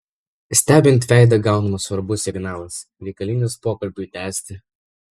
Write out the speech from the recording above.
stebint veidą gaunamas svarbus signalas reikalingas pokalbiui tęsti